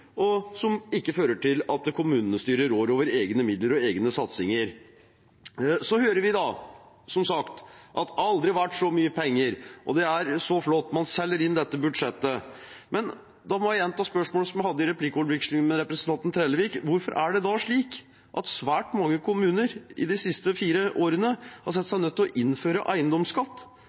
og som ikke fører til at kommunestyret rår over egne midler og egne satsinger. Vi hører som sagt at det aldri har vært så mye penger, og det er så flott, man selger inn dette budsjettet. Men da må jeg gjenta spørsmålet som jeg stilte i replikkordvekslingen med representanten Trellevik: Hvorfor er det da slik at svært mange kommuner de siste fire årene har sett seg nødt til å innføre eiendomsskatt?